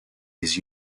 his